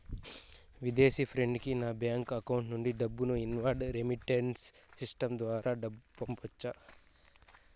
విదేశీ ఫ్రెండ్ కి నా బ్యాంకు అకౌంట్ నుండి డబ్బును ఇన్వార్డ్ రెమిట్టెన్స్ సిస్టం ద్వారా పంపొచ్చా?